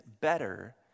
better